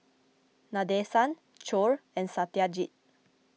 Nadesan Choor and Satyajit